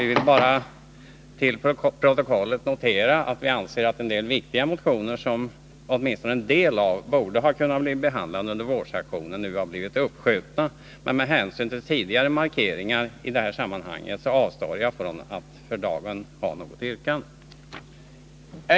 Vi vill till protokoll2t notera att i varje fall en del, som vi anser, viktiga motioner borde ha behandlats under vårsessionen i stället för att uppskjutas till hösten, som jordbruksutskottet föreslår. Men med hänsyn till tidigare gjorda markeringar i detta sammanhang avstår jag för dagen från att ställa något yrkande.